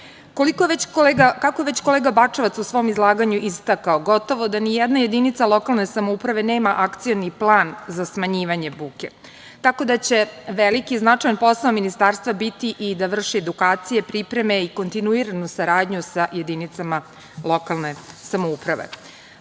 je već kolega Bačevac u svom izlaganju istakao, gotovo da nijedna jedinica lokalne samouprave nema akcioni plan za smanjivanje buke. Tako da će veliki i značajan posao Ministarstva biti i da vrši edukacije, pripreme i kontinuiranu saradnju sa jedinicama lokalne samouprave. Zapravo,